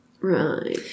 Right